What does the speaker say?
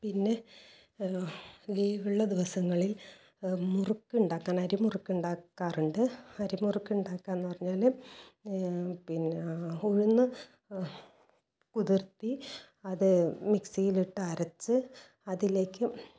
പിന്നെ ലീവ് ഉള്ള ദിവസങ്ങളിൽ മുറുക്ക് ഉണ്ടാക്കാൻ അരിമുറുക്ക് ഉണ്ടാക്കാറുണ്ട് അരി മുറുക്ക് ഉണ്ടാക്കുക എന്ന് പറഞ്ഞാൽ പിന്നെ ഉഴുന്ന് കുതിർത്തി അത് മിക്സിയിലിട്ട് അരച്ച് അതിലേക്ക്